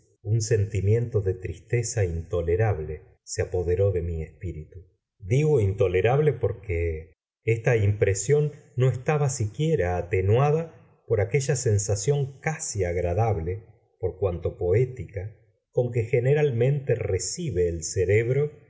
un sentimiento de tristeza intolerable se apoderó de mi espíritu digo intolerable porque esta impresión no estaba siquiera atenuada por aquella sensación casi agradable por cuanto poética con que generalmente recibe el cerebro